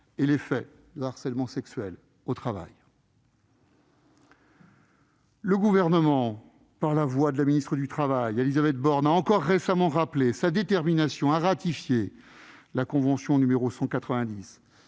et les faits de harcèlement sexuel au travail. Le Gouvernement, par la voix de la ministre du travail Élisabeth Borne, a encore récemment rappelé sa détermination à ratifier la convention n° 190,